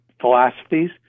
philosophies